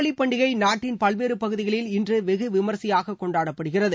ஹோலி பண்டிகை நாட்டின் பல்வேறு பகுதிகளில் இன்று வெகு விமர்சையாக கொண்டாடப்படுகிறது